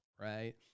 Right